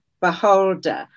Beholder